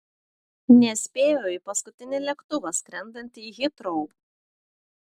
nespėjo į paskutinį lėktuvą skrendantį į hitrou